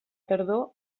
tardor